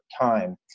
time